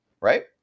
Right